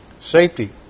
safety